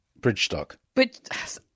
Bridgestock